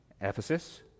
Ephesus